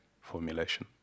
formulation